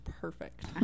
perfect